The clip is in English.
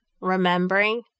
remembering